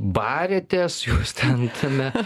barėtės jūs ten tame